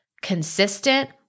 Consistent